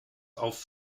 auf